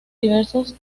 diversos